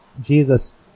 Jesus